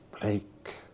Blake